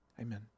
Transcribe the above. amen